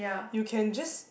you can just